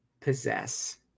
possess